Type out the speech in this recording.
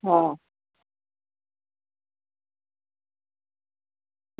હા